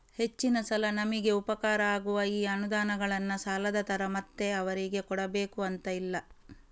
ಹೆಚ್ಚಿನ ಸಲ ನಮಿಗೆ ಉಪಕಾರ ಆಗುವ ಈ ಅನುದಾನಗಳನ್ನ ಸಾಲದ ತರ ಮತ್ತೆ ಅವರಿಗೆ ಕೊಡಬೇಕು ಅಂತ ಇಲ್ಲ